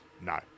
No